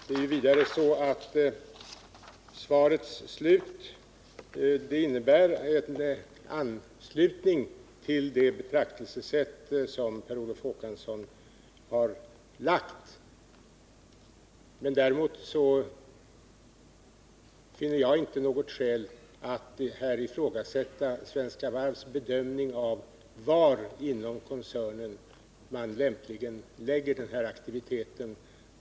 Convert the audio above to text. Det är vidare så att svarets slut innebär en anslutning till det betraktelsesätt som Per Olof Håkansson har. Däremot finner inte jag något skäl att här ifrågasätta Svenska Varvs bedömning av var inom koncernen man lämpligen lägger den här aktiviteten.